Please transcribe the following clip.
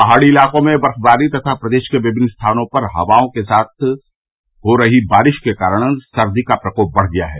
पहाड़ी इलाकों में बर्फबारी तथा प्रदेश के विमिन्न स्थानों पर हवाओं के साथ हो रही बारिश के कारण सर्दी का प्रकोप बढ़ गया है